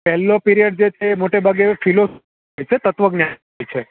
પહેલો પીરિયડ જે છે મોટે ભાગે ફિલોસોફી તત્વજ્ઞાન હોય છે